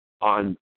on